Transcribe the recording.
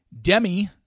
Demi